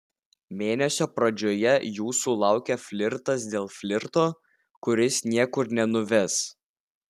mėnesio pradžioje jūsų laukia flirtas dėl flirto kuris niekur nenuves